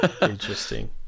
Interesting